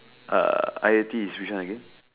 uh tea is which one again